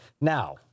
Now